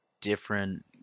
different